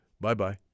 Bye-bye